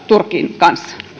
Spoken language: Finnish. turkin kanssa